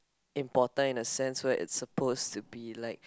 important in the sense where it supposed to be like